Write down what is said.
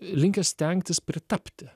linkę stengtis pritapti